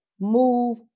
Move